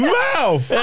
mouth